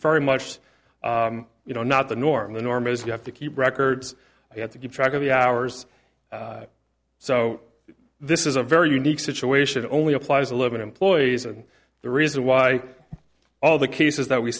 very much you know not the norm the norm is you have to keep records you have to keep track of the hours so this is a very unique situation only applies to living employees and the reason why all the cases that we